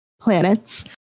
planets